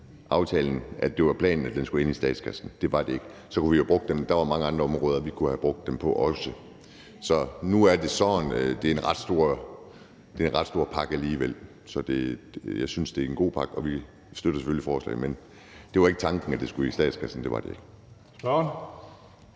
aftalen, altså at det skulle i statskassen. Det var det ikke. Der var mange andre områder, vi også kunne have brugt dem på. Så nu er det sådan. Det er en ret stor pakke alligevel, og jeg synes, det er en god pakke. Og vi støtter selvfølgelig forslaget, men det var ikke tanken, at det skulle i statskassen – det var det ikke.